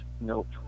Nope